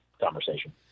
conversation